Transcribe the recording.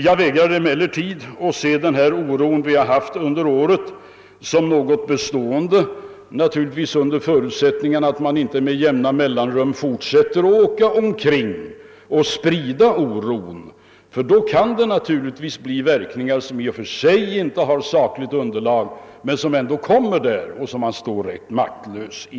Jag vägrar emellertid att se den oro vi har haft under året som något bestående, naturligtvis under förutsättning att man inte med jämna mellanrum fortsätter att sprida oro. Då kan den naturligtvis medföra verkningar som i och för sig inte har sakligt underlag men som ändå kommer och inför vilka man står ganska maktlös.